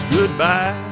Goodbye